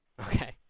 okay